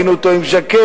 ראינו אותו עם ז'קט,